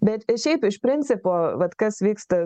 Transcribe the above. bet šiaip iš principo vat kas vyksta